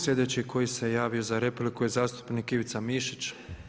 Sljedeći koji se javio za repliku je zastupnik Ivica Mišić.